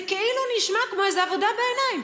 זה כאילו נשמע כמו איזה עבודה בעיניים.